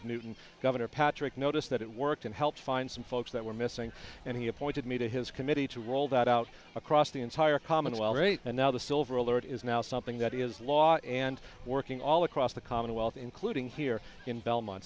of newton governor patrick noticed that it worked and helped find some folks that were missing and he appointed me to his committee to roll that out across the entire commonwealth and now the silver alert is now something that is law and working all across the commonwealth including here in belmont